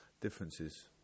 differences